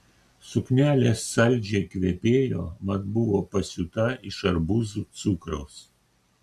suknelė saldžiai kvepėjo mat buvo pasiūta iš arbūzų cukraus